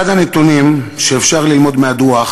אחד הנתונים שאפשר ללמוד מהדוח